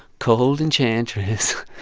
cold enchantress.